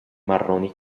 marroni